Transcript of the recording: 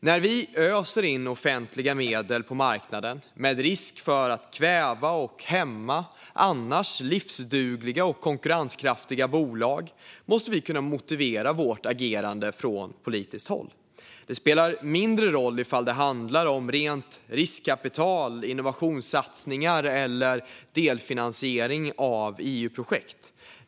När vi öser in offentliga medel på marknaden, med risk för att kväva och hämma annars livsdugliga och konkurrenskraftiga bolag, måste vi från politiskt håll kunna motivera vårt agerande. Det spelar mindre roll om det handlar om riskkapital, innovationssatsningar eller delfinansiering av EU-projekt.